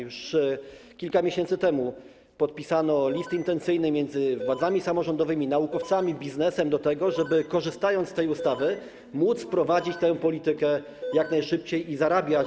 Już kilka miesięcy temu podpisano list intencyjny między władzami samorządowymi, naukowcami, biznesem dotyczący tego, żeby, korzystając z tej ustawy, móc wprowadzić tę politykę jak najszybciej i zarabiać.